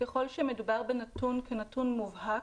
אבל ככל שמדובר בנתון מובהק,